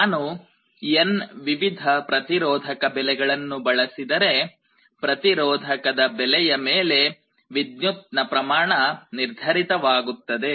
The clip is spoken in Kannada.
ನಾನು n ವಿವಿಧ ಪ್ರತಿರೋಧಕ ಬೆಲೆಗಳನ್ನು ಬಳಸಿದರೆ ಪ್ರತಿರೋಧಕದ ಬೆಲೆದ ಮೇಲೆ ವಿದ್ಯುತ್ ನ ಪ್ರಮಾಣ ನಿರ್ಧರಿತವಾಗುತ್ತದೆ